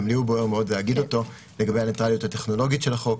גם לי בוער מאוד להגיד אותו לגבי ה --- הטכנולוגית של החוק,